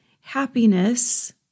happiness